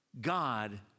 God